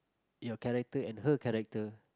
your character and her character